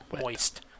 moist